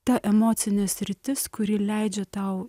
ta emocinė sritis kuri leidžia tau